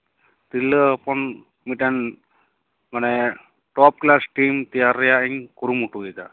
ᱛᱤᱨᱞᱟᱹ ᱦᱚᱯᱚᱱ ᱢᱤᱫᱴᱟᱱ ᱢᱟᱱᱮ ᱴᱚᱯ ᱠᱞᱟᱥ ᱴᱤᱢ ᱛᱮᱭᱟᱨ ᱨᱮᱱᱟᱜ ᱤᱧ ᱠᱩᱨᱩᱢᱩᱴᱩᱭᱮᱫᱟ